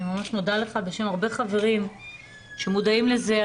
ממש מודה לך בשם הרבה חברים שמודעים לזה.